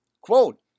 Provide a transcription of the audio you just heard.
quote